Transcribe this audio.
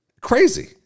crazy